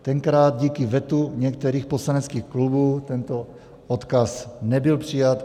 Tenkrát díky vetu některých poslaneckých klubů tento odkaz nebyl přijat.